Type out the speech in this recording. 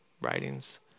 writings